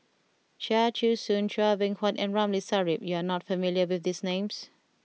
Chia Choo Suan Chua Beng Huat and Ramli Sarip you are not familiar with these names